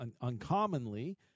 uncommonly